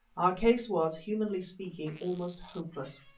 our case was, humanly speaking, almost hopeless.